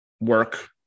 work